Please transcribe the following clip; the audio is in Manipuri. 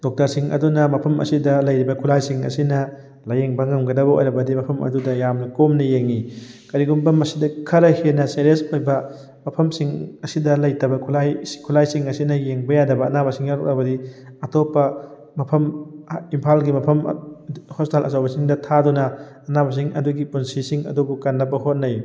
ꯗꯣꯛꯇꯔꯁꯤꯡ ꯑꯗꯨꯅ ꯃꯐꯝ ꯑꯁꯤꯗ ꯂꯩꯔꯤꯕ ꯈꯨꯠꯂꯥꯏꯁꯤꯡ ꯑꯁꯤꯅ ꯂꯥꯏꯌꯦꯡꯕ ꯉꯝꯒꯗꯕ ꯑꯣꯏꯔꯕꯗꯤ ꯃꯐꯝ ꯑꯗꯨꯗ ꯌꯥꯝꯅ ꯀꯣꯝꯅ ꯌꯦꯡꯉꯤ ꯀꯔꯤꯒꯨꯝꯕ ꯃꯁꯤꯗ ꯈꯔ ꯍꯦꯟꯅ ꯁꯦꯔꯤꯌꯁ ꯑꯣꯏꯕ ꯃꯐꯝꯁꯤꯡ ꯑꯁꯤꯗ ꯂꯩꯇꯕ ꯈꯨꯠꯂꯥꯏ ꯈꯨꯠꯂꯥꯏꯁꯤꯡ ꯑꯁꯤꯅ ꯌꯦꯡꯕ ꯌꯥꯗꯕ ꯑꯅꯥꯕꯁꯤꯡ ꯌꯥꯎꯔꯛꯂꯕꯗꯤ ꯑꯇꯣꯞꯄ ꯃꯐꯝ ꯏꯝꯐꯥꯜꯒꯤ ꯃꯐꯝ ꯍꯣꯁꯄꯤꯇꯥꯜ ꯑꯆꯧꯕꯁꯤꯡꯗ ꯊꯥꯗꯨꯅ ꯑꯅꯥꯕꯁꯤꯡ ꯑꯗꯨꯒꯤ ꯄꯨꯟꯁꯤꯁꯤꯡ ꯑꯗꯨꯕꯨ ꯀꯟꯅꯕ ꯍꯣꯠꯅꯩ